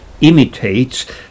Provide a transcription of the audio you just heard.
imitates